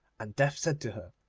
and death said to her,